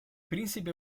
príncipe